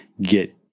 get